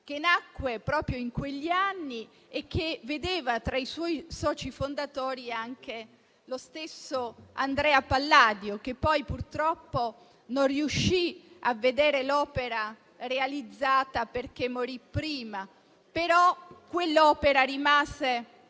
nate proprio in quegli anni e che vedeva tra i suoi soci fondatori lo stesso Andrea Palladio. Egli, purtroppo, non riuscì a vedere la sua opera realizzata, perché morì prima, ma quell'opera rimase